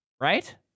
Right